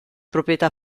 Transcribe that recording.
proprietà